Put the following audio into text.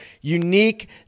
unique